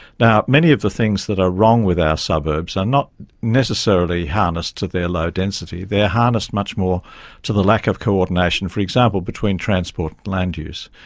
now, many of the things that are wrong with our suburbs are not necessarily harnessed to their low density, they are harnessed much more to the lack of coordination, for example, between transport and land use.